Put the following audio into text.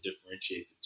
differentiate